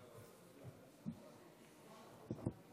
גברתי היושבת-ראש,